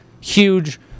huge